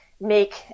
make